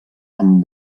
amb